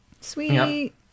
Sweet